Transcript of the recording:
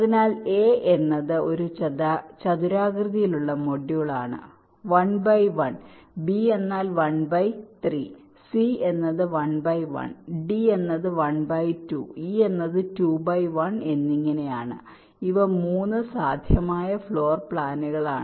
അതിനാൽ A എന്നത് ഒരു ചതുരാകൃതിയിലുള്ള മൊഡ്യൂളാണ് 1 by 1 B എന്നാൽ 1 by 3 C എന്നത് 1 by 1 D എന്നത് 1 by 2 E എന്നത് 2 by 1 എന്നിങ്ങനെയാണ് ഇവ 3 സാധ്യമായ ഫ്ലോർ പ്ലാനുകളാണ്